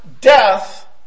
death